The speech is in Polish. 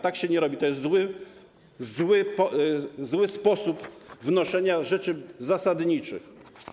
Tak się nie robi, to jest zły sposób wnoszenia rzeczy zasadniczych.